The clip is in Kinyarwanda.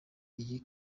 iyi